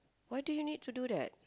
why do you need to do that